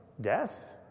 Death